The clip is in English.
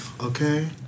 okay